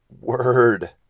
Word